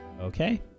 Okay